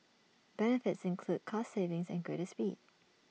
benefits include cost savings and greater speed